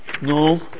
No